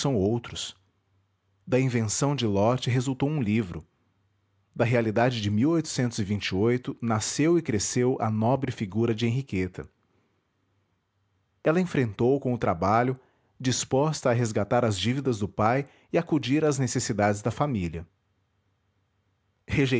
outros da invenção de loti resultou um livro da realidade de nasceu e cresceu a nobre figura de henriqueta ela enfrentou com o trabalho disposta a resgatar as dívidas do pai e acudir às necessidades da família